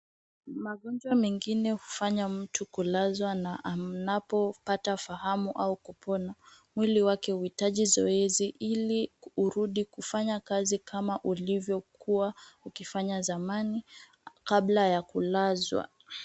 Magonjwa mengine hufanya mtu kulazwa na anapopata fahamu au kupona mwili wake huhitaji zoezi ili urudi kufanya kazi kama ulivyokuwa ukifanya zamani kabla ya kulazwa.